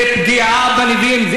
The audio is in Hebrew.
זו פגיעה בנביאים.